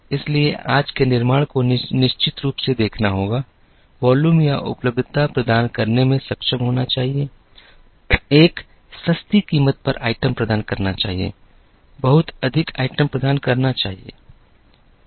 इसलिए आज के निर्माण को निश्चित रूप से देखना होगा वॉल्यूम या उपलब्धता प्रदान करने में सक्षम होना चाहिए एक सस्ती कीमत पर आइटम प्रदान करना चाहिए बहुत अधिक आइटम प्रदान करना चाहिए